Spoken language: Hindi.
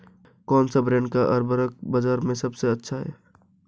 कौनसे ब्रांड का उर्वरक बाज़ार में सबसे अच्छा हैं?